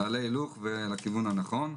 תעלה הילוך לכיוון הנכון.